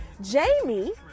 Jamie